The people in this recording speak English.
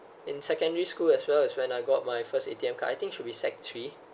in secondary school as well when I got my first A_T_M card I think should be sec three